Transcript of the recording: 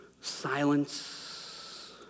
Silence